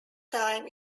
time